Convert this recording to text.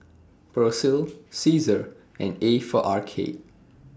Persil Cesar and A For Arcade